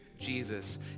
Jesus